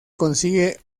consigue